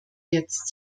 jetzt